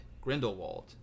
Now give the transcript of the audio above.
Grindelwald